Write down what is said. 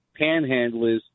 panhandlers